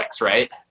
right